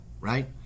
right